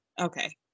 okay